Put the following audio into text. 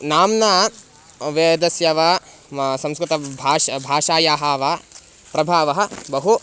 नाम्ना वेदस्य वा मा संस्कृतभाषायाः भाषायाः वा प्रभावः बहु